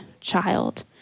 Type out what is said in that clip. child